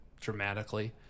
dramatically